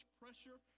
pressure